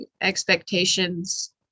expectations